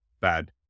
bad